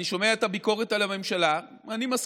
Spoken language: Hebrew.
אני שומע את הביקורת על הממשלה, ואני גם מסכים.